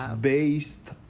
based